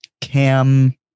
Cam